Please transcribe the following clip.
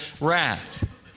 wrath